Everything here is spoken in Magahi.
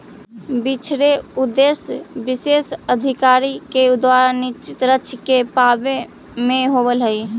बिछड़े के उद्देश्य विशेष अधिकारी के द्वारा निश्चित लक्ष्य के पावे में होवऽ हई